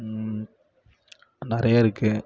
நிறையா இருக்குது